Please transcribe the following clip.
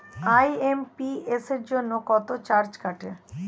IMPS জন্য কত charge কাটে?